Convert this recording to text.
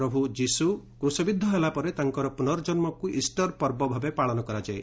ପ୍ରଭୁ ଯିଶୁ କୁଶବିଦ୍ଧ ହେଲାପରେ ତାଙ୍କର ପୁନର୍ଜନ୍କକୁ ଇଷ୍ଟର ପର୍ବ ଭାବେ ପାଳନ କରାଯାଏ